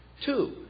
Two